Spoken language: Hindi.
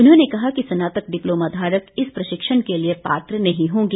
उन्होंने कहा कि स्नातक डिप्लोमा धारक इस प्रशिक्षण के लिए पात्र नहीं होंगे